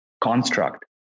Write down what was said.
construct